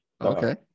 okay